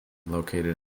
located